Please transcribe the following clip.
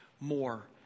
more